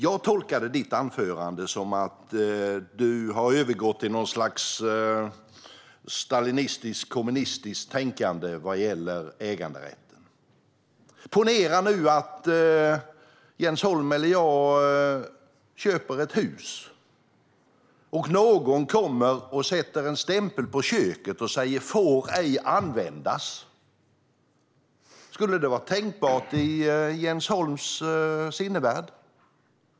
Jag tolkade ditt anförande som att du har övergått till något slags stalinistiskt eller kommunistiskt tänkande vad gäller äganderätten. Ponera nu att Jens Holm eller jag köper ett hus och att någon kommer och sätter en stämpel på köket och säger: Får ej användas! Skulle det vara tänkbart i Jens Holms sinnevärld?